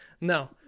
No